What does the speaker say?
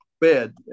bed